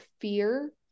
fear